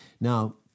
Now